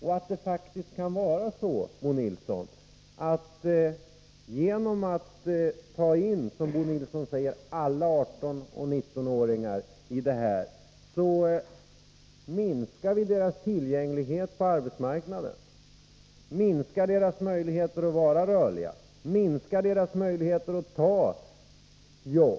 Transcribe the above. Det kan faktiskt vara så, Bo Nilsson, att genom att ta in alla 18-19-åringar här så minskar vi deras tillgänglighet på arbetsmarknaden och minskar deras möjligheter att vara rörliga. Därmed minskar vi deras möjligheter att ta jobb.